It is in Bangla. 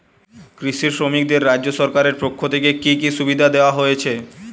কৃষি শ্রমিকদের রাজ্য সরকারের পক্ষ থেকে কি কি সুবিধা দেওয়া হয়েছে?